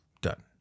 Done